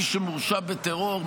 מי שמורשע בטרור,